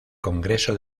congreso